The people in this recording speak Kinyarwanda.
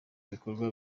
ibikorwa